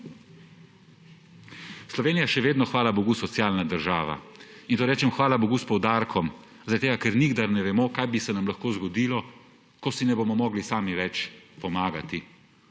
Slovenija je še vedno, hvala bogu, socialna država, in rečem hvala bogu s poudarkom, zaradi tega ker nikdar ne vemo, kaj bi se nam lahko zgodilo, ko si ne bomo mogli sami več pomagati.